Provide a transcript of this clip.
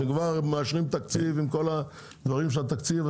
אתם כבר מאשרים תקציב עם כל הדברים של התקציב,